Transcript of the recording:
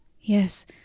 yes